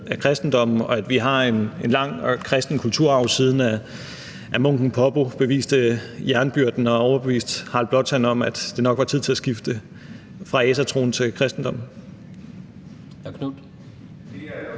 af kristendommen, og at vi har en lang kristen kulturarv – lige siden munken Poppos jernbyrd overbeviste Harald Blåtand om, at det nok var tid til at skifte fra asatroen til kristendommen.